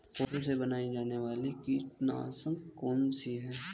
पौधों से बनाई जाने वाली कीटनाशक कौन सी है?